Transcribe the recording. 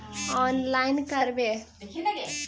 Online करवे?